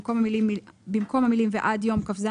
זה צריך להיות במקום '1 באוקטובר 2022'